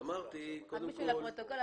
רק בשביל הפרוטוקול,